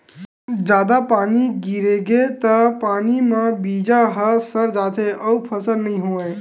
जादा पानी गिरगे त पानी म बीजा ह सर जाथे अउ फसल नइ होवय